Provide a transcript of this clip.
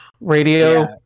radio